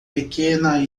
pequena